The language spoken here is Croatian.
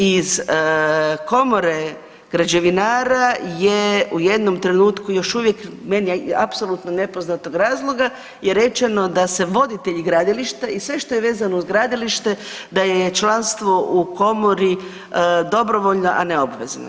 Iz komore građevinara je u jednom trenutku još uvijek meni apsolutno nepoznatog razloga, je rečeno da se voditelji gradilišta i sve što je vezano uz gradilište da je članstvo u komori dobrovoljno, a ne obvezno.